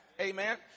Amen